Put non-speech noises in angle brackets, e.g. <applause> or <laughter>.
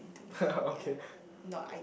<laughs> okay